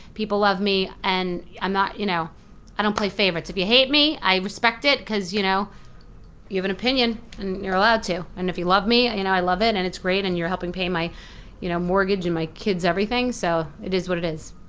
people love me, and um you know i don't play favorites. if you hate me i respect it because you know you have an opinion and you're allowed to, and if you love me, you know i love it, and it's great and you're helping pay my you know mortgage, and my kids everything so, it is what it is.